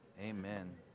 Amen